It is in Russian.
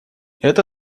это